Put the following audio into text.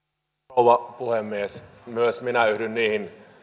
rouva puhemies myös minä yhdyn niihin